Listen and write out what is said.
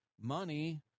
money